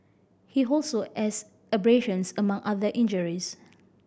he also had abrasions among other injuries